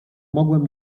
mogłem